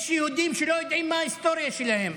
יש יהודים שלא יודעים מה ההיסטוריה שלהם,